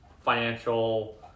financial